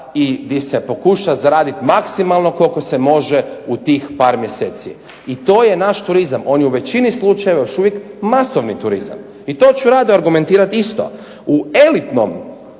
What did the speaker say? i di se pokuša zaraditi maksimalno koliko se može u tih par mjeseci. I to je naš turizam. On je u većini slučajeva još uvijek masovni turizam i to ću rado argumentirati isto. U elitnom